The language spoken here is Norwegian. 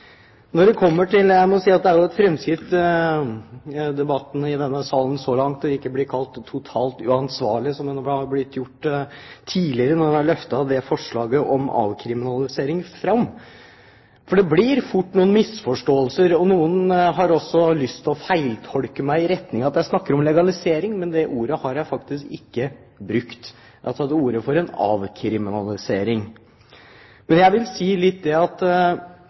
når man har løftet forslaget om avkriminalisering fram. For det blir fort noen misforståelser, og noen har også lyst til å feiltolke meg i retning av at jeg snakker om legalisering, men det ordet har jeg faktisk ikke brukt. Jeg har tatt til orde for en avkriminalisering. Når man snakker om at man har kommet med «50 forslag mot rus», tror jeg faktisk at de fleste rusmisbrukere opplever at man har en politikk mot dem. Det